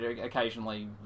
occasionally